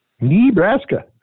Nebraska